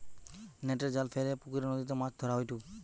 নেটের জাল ফেলে পুকরে, নদীতে মাছ ধরা হয়ঢু